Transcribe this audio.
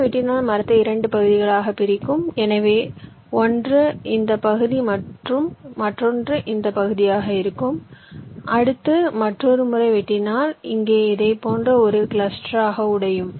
இங்கே வெட்டினால் மரத்தை 2 பகுதிகளாகப் பிரிக்கும் எனவே ஒன்று இந்த பகுதி மற்றும் மற்றொன்று இந்த பகுதியாக இருக்கும் அடுத்து மற்றொரு முறை வெட்டினால் இங்கே இதைப் போன்ற ஒரு கிளஸ்டராக உடையும்